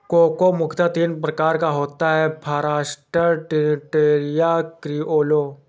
cocoa मुख्यतः तीन प्रकार का होता है फारास्टर, ट्रिनिटेरियो, क्रिओलो